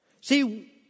See